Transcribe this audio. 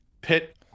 pit